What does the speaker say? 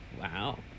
Wow